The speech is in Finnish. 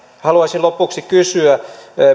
haluaisin lopuksi kysyä